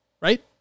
right